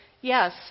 yes